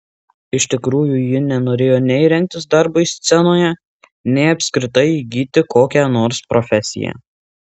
iš tikrųjų ji nenorėjo nei rengtis darbui scenoje nei apskritai įgyti kokią nors profesiją